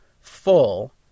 full